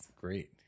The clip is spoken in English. Great